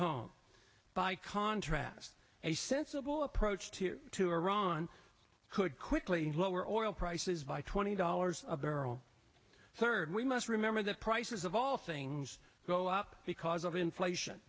home by contrast a sensible approach to iran could quickly lower oil prices by twenty dollars a barrel sir and we must remember that prices of all things go up because of inflation